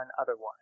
otherwise